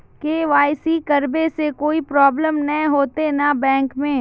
KYC करबे से कोई प्रॉब्लम नय होते न बैंक में?